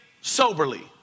soberly